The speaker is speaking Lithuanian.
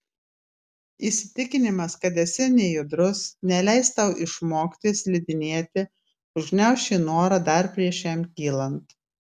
įsitikinimas kad esi nejudrus neleis tau išmokti slidinėti užgniauš šį norą dar prieš jam kylant